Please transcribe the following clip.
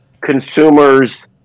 consumers